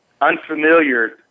unfamiliar